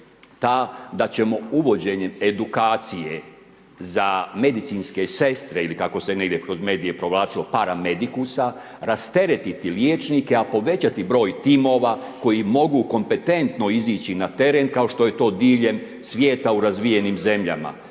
da ćemo uvođenjem edukacije za medicinske sestre ili kako se negdje kroz medije provlačilo paramedikusa rasteretiti liječnike, a povećati broj timova koji mogu kompetentno izići na teren kao što je to diljem svijeta u razvijenim zemljama.